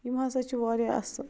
یِم ہَسا چھِ وارِیاہ اَصٕل